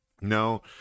No